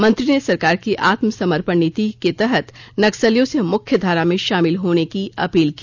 मंत्री ने सरकार की आत्मसमर्पण नीति की के तहत नक्सलियों से मुख्यधारा में शामिल होने की अपील की